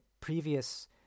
previous